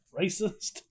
Racist